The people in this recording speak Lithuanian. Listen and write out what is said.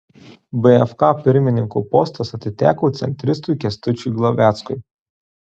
bfk pirmininko postas atiteko centristui kęstučiui glaveckui